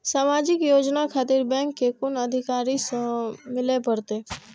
समाजिक योजना खातिर बैंक के कुन अधिकारी स मिले परतें?